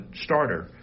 starter